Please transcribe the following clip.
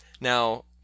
Now